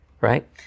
Right